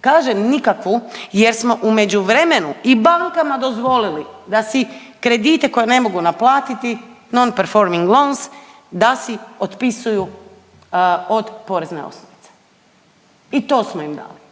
Kaže nikakvu, jer smo u međuvremenu i bankama dozvolili da si kredite koje ne mogu naplatiti non performing lons da si otpisuju od porezne osnovice. I to smo im dali.